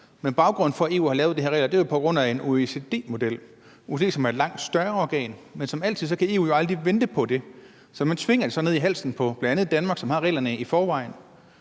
Men baggrunden for, at EU har lavet de her regler, er jo en OECD-model – altså en model fra OECD, som er et langt større organ. Men EU kan jo aldrig vente på det, så man tvinger det ned i halsen på bl.a. Danmark, som har reglerne i forvejen.